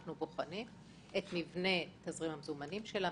אנחנו בוחנים את מבנה תזרים המזומנים שלה,